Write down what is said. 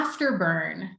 afterburn